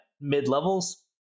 mid-levels